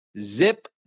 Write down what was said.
zip